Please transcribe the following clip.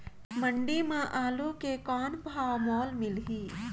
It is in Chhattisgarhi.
मंडी म आलू के कौन भाव मोल मिलही?